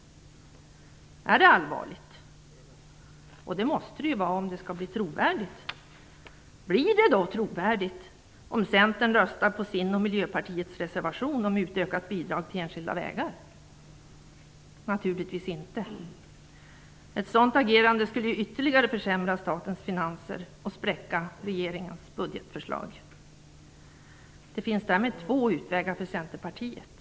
Är det allvarligt? Det måste det ju vara om det skall bli trovärdigt. Blir det då trovärdigt om Centern röstar på sin och Miljöpartiets reservation om utökat bidrag till enskilda vägar? Naturligtvis inte. Ett sådant agerande skulle ytterligare försämra statens finanser och spräcka regeringens budgetförslag. Det finns därmed två utvägar för Centerpartiet.